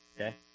Okay